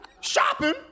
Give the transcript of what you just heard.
Shopping